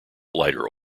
lighter